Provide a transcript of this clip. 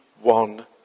one